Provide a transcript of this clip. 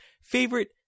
Favorite